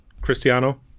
Cristiano